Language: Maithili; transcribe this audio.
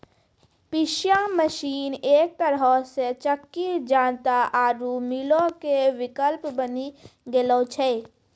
पिशाय मशीन एक तरहो से चक्की जांता आरु मीलो के विकल्प बनी गेलो छै